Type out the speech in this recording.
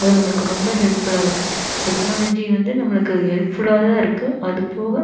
அது நம்மளுக்கு ரொம்ப ஹெல்ப் ஃபுல்லாக இருக்குது டெக்னாலஜி வந்து நம்மளுக்கு ஹெல்ப் ஃபுல்லாகதான் இருக்குது அது போக